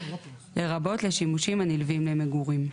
לרבות לשימושים הנלווים למגורים.